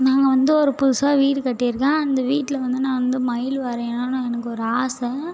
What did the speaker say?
நாங்கள் வந்து ஒரு புதுசாக வீட்டு கட்டிருக்கேன் அந்த வீட்டில் வந்து நான் வந்து மயில் வரையனுனு எனக்கு ஒரு ஆசை